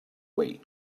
way